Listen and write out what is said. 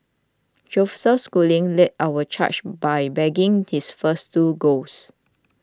Joseph Schooling led our charge by bagging his first two golds